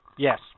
Yes